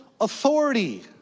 authority